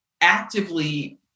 actively